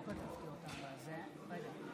להלן תוצאות ההצבעה: 62 בעד, 20 נגד.